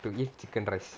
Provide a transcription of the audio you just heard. to eat chicken rice